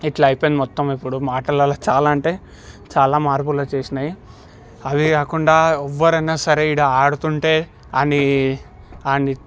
ఇట్లా అయిపోయింది మొత్తం ఇప్పుడు మాటలల్లో చాలా అంటే చాలా మార్పులు వచ్చేసాయి అవీ కాకుండా ఎవరైనా సరే వీడు ఆడుతుంటే వాన్ని వాన్ని